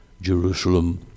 Jerusalem